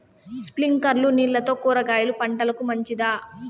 స్ప్రింక్లర్లు నీళ్లతో కూరగాయల పంటకు మంచిదా?